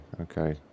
okay